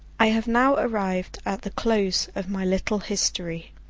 i have now arrived at the close of my little history.